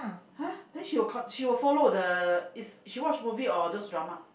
!huh! then she will got she will follow the is she watch movie or those drama